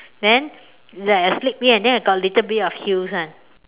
then like a slip in then got a little bit of heels [one]